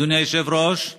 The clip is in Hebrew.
אדוני היושב-ראש,